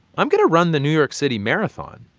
i'm going to run the new york city marathon.